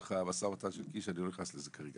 לצורך המשא ומתן, אני לא נכנס לזה כרגע.